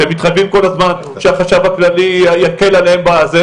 ומתחייבים כל הזמן שהחשב הכללי יקל עליהם.